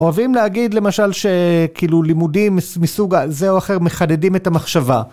אוהבים להגיד למשל שכאילו לימודים מסוג זה או אחר מחדדים את המחשבה.